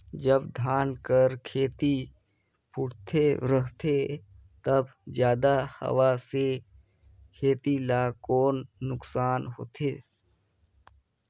जब धान कर खेती फुटथे रहथे तब जादा हवा से खेती ला कौन नुकसान होथे?